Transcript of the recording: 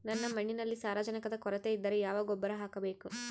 ನನ್ನ ಮಣ್ಣಿನಲ್ಲಿ ಸಾರಜನಕದ ಕೊರತೆ ಇದ್ದರೆ ಯಾವ ಗೊಬ್ಬರ ಹಾಕಬೇಕು?